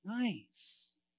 Nice